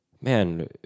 man